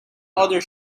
other